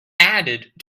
added